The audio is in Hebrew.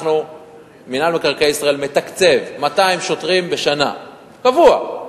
מינהל מקרקעי ישראל מתקצב 200 שוטרים בשנה, קבוע,